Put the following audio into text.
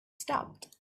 stopped